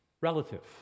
relative